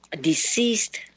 deceased